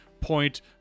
point